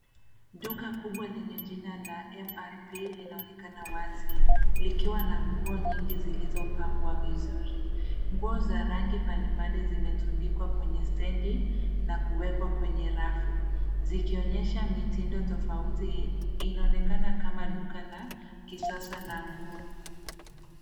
Duka kubwa lenye jina la MRP, linaonekana wazi, likiwa na nguo nyingi zilizopangwa vizuri. Nguo za rangi mbali mbali zimetundikwa kwenye stendi, na kuwekwa kwenye rafu, zikionyesha mitindo tofauti. Inaonekana kama duka la kisasa la nguo.